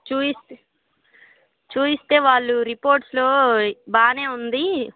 చూపిస్తే చూపిస్తే వాళ్ళు రిపోర్ట్స్లో బాగానే ఉంది